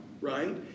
Right